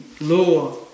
law